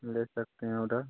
ले सकते हैं ऑर्डर